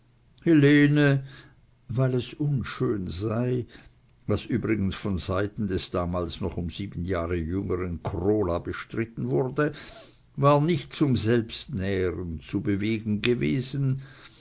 helene weil es unschön sei was übrigens von seiten des damals noch um sieben jahre jüngeren krola bestritten wurde war nicht zum selbstnähren zu bewegen gewesen